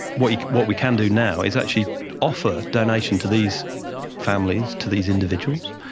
what what we can do now is actually offer donation to these families, to these individuals,